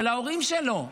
של ההורים שלו,